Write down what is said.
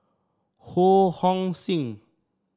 Ho Hong Sing